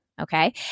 Okay